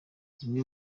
zimwe